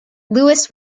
louis